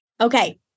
Okay